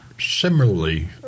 similarly